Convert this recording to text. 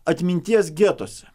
atminties getuose